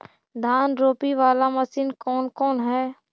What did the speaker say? धान रोपी बाला मशिन कौन कौन है?